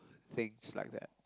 things like that